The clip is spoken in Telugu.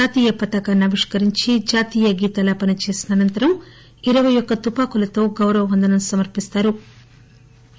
జాతీయ పఠాకాన్ని ఆవిష్కరించి జాతీయ గీతాలాపన చేసిన అనంతరం ఇరపై ఒక్క తుపాకులతో గౌరవవందనం సమర్పిస్తారు